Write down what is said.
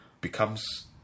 becomes